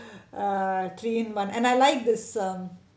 ah three in one and I like this um